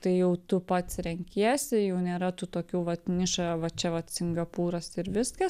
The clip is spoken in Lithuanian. tai jau tu pats renkiesi jau nėra tų tokių vat nišoje va čia vat singapūras ir viskas